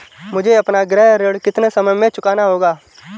मुझे अपना गृह ऋण कितने समय में चुकाना होगा?